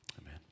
Amen